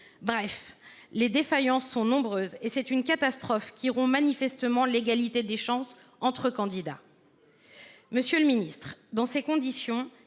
Bref, les défaillances sont nombreuses, et c’est une catastrophe qui rompt manifestement l’égalité des chances entre candidats. Dans ces conditions,